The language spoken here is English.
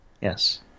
yes